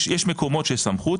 יש מקומות שיש סמכות,